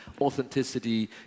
authenticity